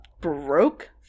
broke